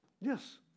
Yes